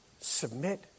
submit